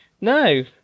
no